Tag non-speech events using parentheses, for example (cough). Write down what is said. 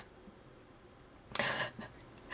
(laughs)